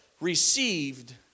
received